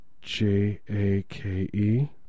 J-A-K-E